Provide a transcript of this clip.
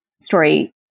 story